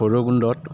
ভৈৰৱকুণ্ডত